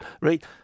Right